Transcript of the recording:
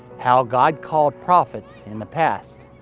how god called prophets in the past